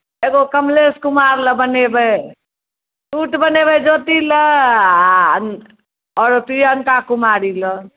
एगो कमलेश कुमार लऽ बनयबै शूट बनयबै ज्योति लऽ आ आओर प्रियङ्का कुमारी लऽ